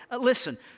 Listen